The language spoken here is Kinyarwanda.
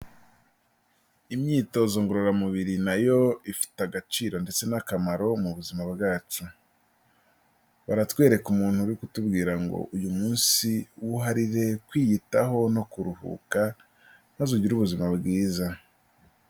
Imyitozo ngorora mubiri nayo ifite agaciro ndetse n'akamaro mu buzima bwacu, baratwereka umuntu uri kutubwira ngo uyu munsi wuharirire kwiyitaho no kuruhuka maze ugire ubuzima bwiza.